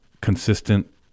consistent